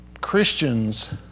Christians